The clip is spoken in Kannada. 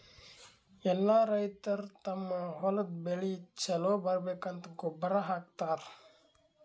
ಎಲ್ಲಾ ರೈತರ್ ತಮ್ಮ್ ಹೊಲದ್ ಬೆಳಿ ಛಲೋ ಬರ್ಬೇಕಂತ್ ಗೊಬ್ಬರ್ ಹಾಕತರ್